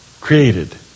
created